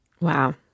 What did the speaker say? Wow